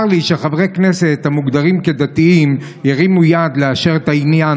צר לי שחברי כנסת המוגדרים כדתיים הרימו יד לאשר את העניין